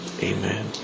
Amen